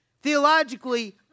theologically